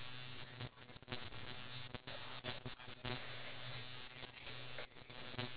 have an effect to you in order for it to be considered a memorable experience